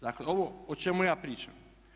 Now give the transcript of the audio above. Dakle, ovo o čemu ja pričam.